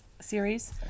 series